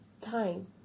time